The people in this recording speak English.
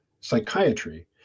psychiatry